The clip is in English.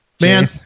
Man